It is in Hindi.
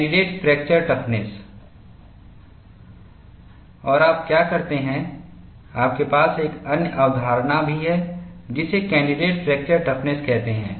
कैंडिडेट फ्रैक्चर टफनेस और आप क्या करते हैं आपके पास एक अन्य अवधारणा भी है जिसे कैंडिडेट फ्रैक्चर टफ़्नस कहते हैं